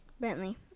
Bentley